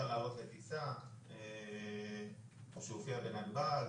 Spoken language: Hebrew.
לעלות לטיסה או שהוא הופיע בנתב"ג.